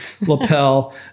lapel